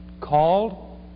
Called